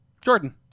Jordan